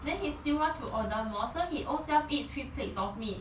then he still want to order more so he own self eat three plates of meat